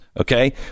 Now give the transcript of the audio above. Okay